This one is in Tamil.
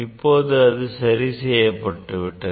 இப்போது அது சரி செய்யபட்டு விட்டது